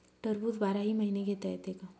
टरबूज बाराही महिने घेता येते का?